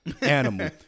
animal